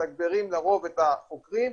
מתגברים לרוב את החוקרים,